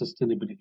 sustainability